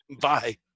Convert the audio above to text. Bye